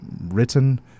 written